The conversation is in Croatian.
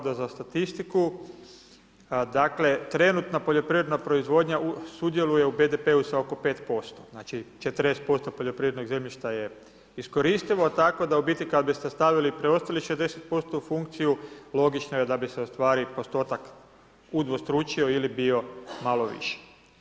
Dakle, trenutna poljoprivredna proizvodnja sudjeluje u BDP-u sa oko 5%, znali 40% poljoprivrednog zemljišta je iskoristivo tako da u biti kad bi ste stavili preostalih 60% u funkciju, logično je da bi se ustvari postotak udvostručio ili bio malo viši.